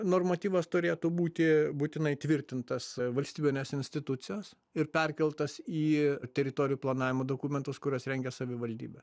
normatyvas turėtų būti būtinai įtvirtintas valstybinės institucijos ir perkeltas į teritorijų planavimo dokumentus kuriuos rengia savivaldybė